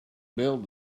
build